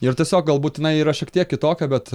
ir tiesiog galbūt jinai yra šiek tiek kitokia bet